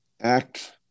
act